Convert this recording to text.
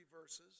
verses